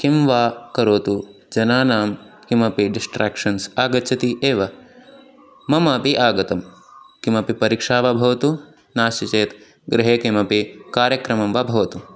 किं वा करोतु जनानां किमपि डिस्ट्राक्षन्स् आगच्छति एव मम अपि आगतं किमपि परीक्षा वा भवतु नास्ति चेत् गृहे किमपि कार्यक्रमं वा भवतु